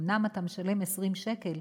אומנם אתה משלם 20 שקל,